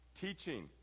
Teaching